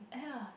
yeah